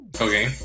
Okay